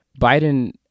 Biden